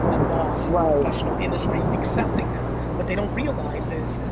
a boss, right. a professional industry accepting them. what they don't realize is,